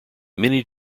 many